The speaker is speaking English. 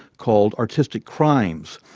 called artistic crimes,